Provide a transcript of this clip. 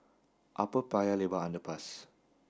Upper Paya Lebar Underpass